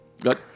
Good